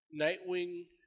Nightwing